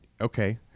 Okay